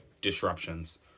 disruptions